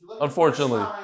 Unfortunately